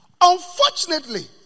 unfortunately